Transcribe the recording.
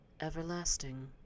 everlasting